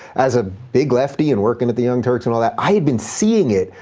as a big lefty and working at the young turks and all that, i had been seeing it,